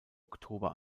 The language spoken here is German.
oktober